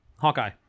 Hawkeye